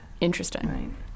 Interesting